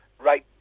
right